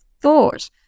thought